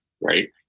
right